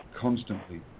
constantly